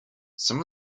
some